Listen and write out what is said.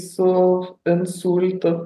su insultu